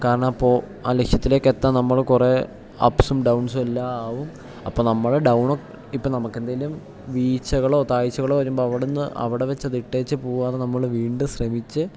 കാരണം അപ്പോൾ ആ ലക്ഷ്യത്തിലേക്ക് എത്താൻ നമ്മൾ കുറേ അപ്സും ഡൗൺസും എല്ലാം അപ്പം നമ്മൾ ഡൗൺ ഇപ്പം നമുക്ക് എന്തേലും വീഴ്ച്ചകളോ താഴ്ച്ചകളോ വരുമ്പോൾ അവിടെ നിന്ന് അവിടെ വച്ചത് ഇട്ടേച്ച് പോവാതെ നമ്മൾ വീണ്ടും ശ്രമിച്ചു